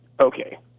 Okay